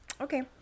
Okay